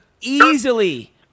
easily